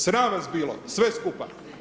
Sram vas bilo, sve skupa.